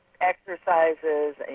exercises